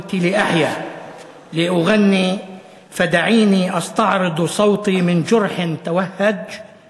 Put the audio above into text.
מהמוות לחיים בשביל לשיר/ הנח לי להצית את קולי מפּצע יוקד/